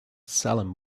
salem